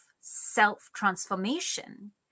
self-transformation